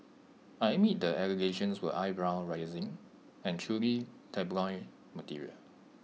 I admit the allegations were eyebrow raising and truly tabloid material